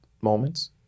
moments